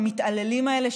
המתעללים האלה,